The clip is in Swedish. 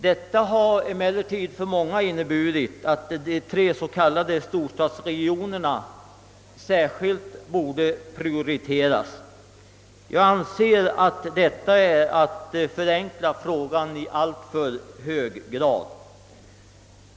Detta har emellertid för många inneburit att de tre s.k. storstadsregionerna borde prioriteras. Jag anser att detta är att förenkla frågan i alltför hög grad.